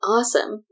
Awesome